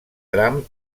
tram